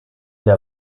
der